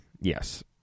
Yes